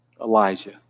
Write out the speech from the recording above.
Elijah